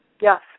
Yes